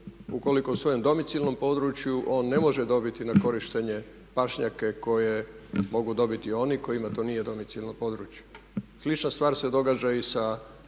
ukoliko u svojem domicilnom području on ne može dobiti na korištenje pašnjake koje mogu dobiti oni kojima to nije domicilno područje. Slična stvar se događa i sa